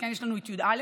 שכן יש לנו את י"א,